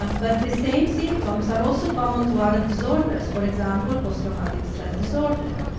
ah but the same symptoms are also common to other disorders, for example, post traumatic stress disorder,